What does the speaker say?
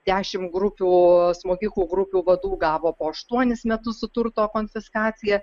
dešimt grupių smogikų grupių vadų gavo po aštuonis metus su turto konfiskacija